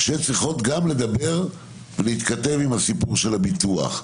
שצריכות גם להתכתב עם הסיפור של הביטוח,